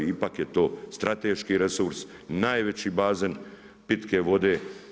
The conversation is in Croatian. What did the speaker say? Ipak je to strateški resurs, najveći bazen pitke vode.